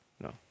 no